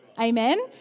Amen